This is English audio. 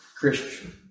Christian